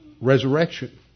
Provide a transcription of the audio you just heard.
resurrection